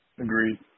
Agreed